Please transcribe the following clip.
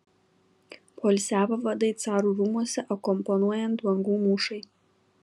poilsiavo vadai carų rūmuose akompanuojant bangų mūšai